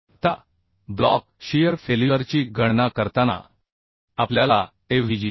आता block shear फेल्युअरची गणना करताना आपल्याला AVG